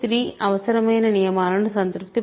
p 3 అవసరమైన నియమాలను సంతృప్తిపరుస్తుంది